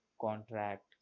contract